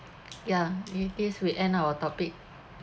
ya with this we end our topic